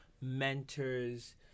mentors